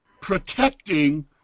protecting